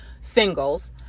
singles